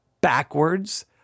backwards